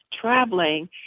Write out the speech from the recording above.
traveling